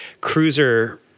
cruiser